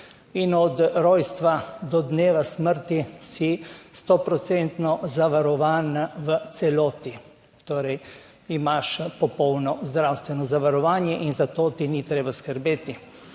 in od rojstva do dneva smrti si sto procentno zavarovan v celoti: torej imaš popolno zdravstveno zavarovanje in za to ti ni treba skrbeti.